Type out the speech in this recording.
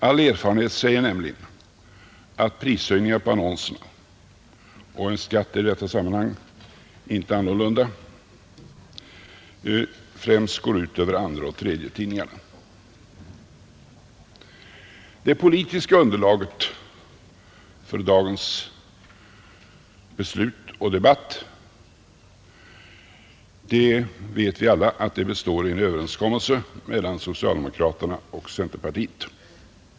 All erfarenhet säger nämligen att prishöjningar på annonserna — och en skatt i detta sammanhang slår inte annorlunda — främst går ut över andraoch tredjetidningarna, Vi vet alla att det politiska underlaget för dagens beslut och debatt består i en överenskommelse mellan socialdemokraterna och centerpartiet.